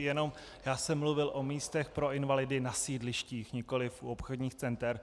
Jenom já jsem mluvil o místech pro invalidy na sídlištích, nikoliv u obchodních center.